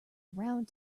round